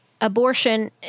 abortion